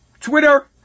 Twitter